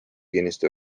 kinnistu